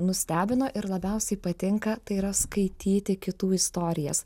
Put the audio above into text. nustebino ir labiausiai patinka tai yra skaityti kitų istorijas